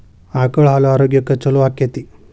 ಆಕಳ ಹಾಲು ಆರೋಗ್ಯಕ್ಕೆ ಛಲೋ ಆಕ್ಕೆತಿ?